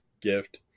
gift